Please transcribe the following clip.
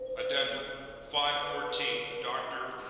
addendum five fourteen dr.